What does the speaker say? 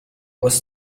was